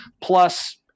plus